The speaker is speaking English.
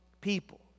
people